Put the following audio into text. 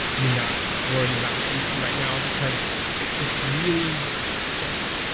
do not worry about safety right now, because it's really just